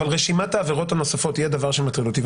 אבל רשימת העבירות הנוספות היא הדבר שמטריד אותי.